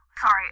Sorry